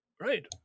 right